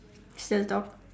still talk